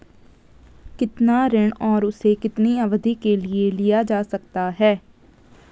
कितना ऋण और उसे कितनी अवधि के लिए लिया जा सकता है?